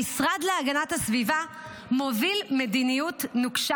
המשרד להגנת הסביבה מוביל מדיניות נוקשה